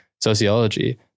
sociology